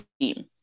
team